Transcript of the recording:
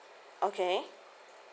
okay